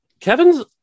Kevin's